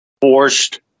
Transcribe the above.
forced